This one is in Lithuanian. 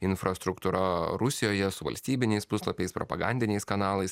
infrastruktūra rusijoje su valstybiniais puslapiais propagandiniais kanalais